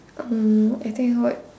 um I tell you what